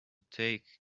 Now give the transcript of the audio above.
take